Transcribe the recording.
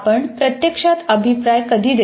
आपण प्रत्यक्षात अभिप्राय कधी देता